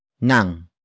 nang